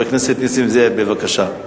חבר הכנסת נסים זאב, בבקשה.